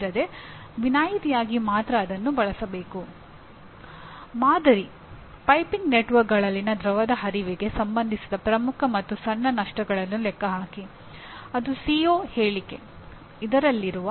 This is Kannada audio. ಒಬ್ಬನು ತಂಡದಲ್ಲಿ ಕೆಲಸ ಮಾಡಬೇಕಾದರೆ ಅವನಲ್ಲಿ ಅದರದೇ ಆದ ಕೌಶಲ್ಯಗಳು ಇರಬೇಕು